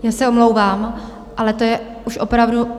Já se omlouvám, ale to je už opravdu...